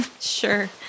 Sure